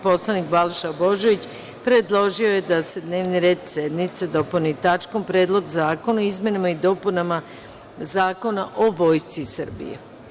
Poslanik Balša Božović, predložio je da se dnevni red sednice dopuni tačkom – Predlog zakona o izmenama i dopunama Zakona o Vojsci Srbije.